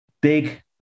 big